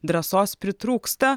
drąsos pritrūksta